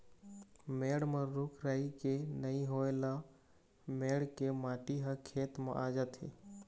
मेड़ म रूख राई के नइ होए ल मेड़ के माटी ह खेत म आ जाथे